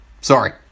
sorry